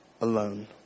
alone